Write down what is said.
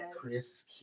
Chris